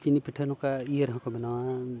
ᱪᱤᱱᱤ ᱯᱤᱴᱷᱟᱹ ᱱᱚᱠᱟ ᱤᱭᱟᱹ ᱨᱮᱦᱚᱸᱠᱚ ᱵᱮᱱᱟᱣᱟ